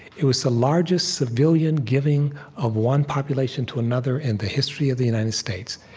it was the largest civilian giving of one population to another in the history of the united states.